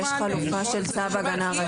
יש חלופה של צו הגנה רגיל.